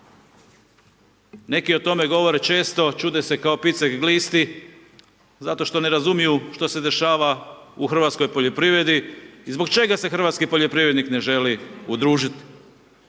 Neki o tome govore često. Čude se kao picek glisti, zato što ne razumiju što se dešava u hrvatskoj poljoprivredi i zbog čega se hrvatski poljoprivrednik ne želi udružit.